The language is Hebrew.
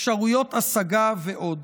אפשרויות השגה ועוד.